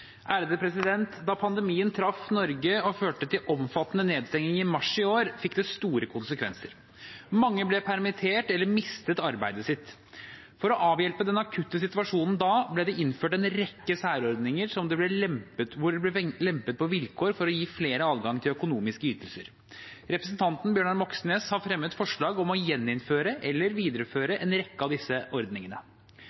store konsekvenser. Mange ble permittert eller mistet arbeidet sitt. For å avhjelpe den akutte situasjonen da, ble det innført en rekke særordninger hvor det ble lempet på vilkår for å gi flere adgang til økonomiske ytelser. Representanten Bjørnar Moxnes har fremmet forslag om å gjeninnføre eller videreføre